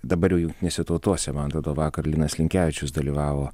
dabar jau jungtinėse tautose man atrodo vakar linas linkevičius dalyvavo